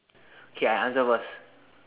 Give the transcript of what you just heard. okay I answer first